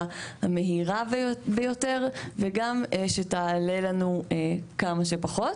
המהירה ביותר וגם שתעלה לנו כמה שפחות.